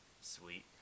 Sweet